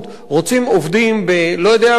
רוצים עובדים בלא-יודע-מה,